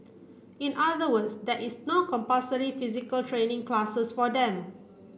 in other words there is no compulsory physical training classes for them